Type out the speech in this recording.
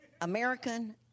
American